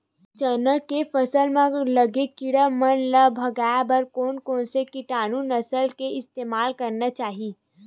चना के फसल म लगे किड़ा मन ला भगाये बर कोन कोन से कीटानु नाशक के इस्तेमाल करना चाहि?